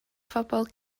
phobl